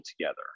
together